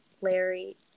Larry